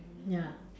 ya